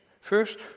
First